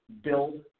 build